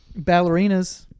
Ballerinas